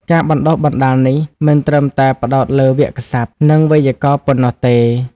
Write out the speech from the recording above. ការបណ្តុះបណ្តាលនេះមិនត្រឹមតែផ្តោតលើវាក្យសព្ទ និងវេយ្យាករណ៍ប៉ុណ្ណោះទេ។